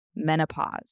menopause